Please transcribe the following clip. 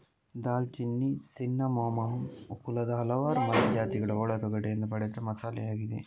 ದಾಲ್ಚಿನ್ನಿ ಸಿನ್ನಮೋಮಮ್ ಕುಲದ ಹಲವಾರು ಮರದ ಜಾತಿಗಳ ಒಳ ತೊಗಟೆಯಿಂದ ಪಡೆದ ಮಸಾಲೆಯಾಗಿದೆ